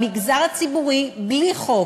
במגזר הציבורי, בלי חוק,